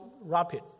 rapid